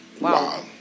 Wow